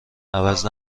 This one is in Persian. عوض